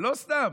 ולא סתם,